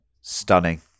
Stunning